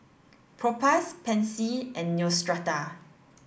Propass Pansy and Neostrata